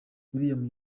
willy